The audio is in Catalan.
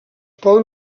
poden